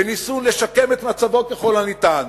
וניסיון לשקם את מצבו ככל הניתן,